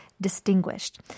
distinguished